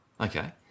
Okay